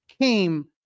came